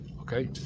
okay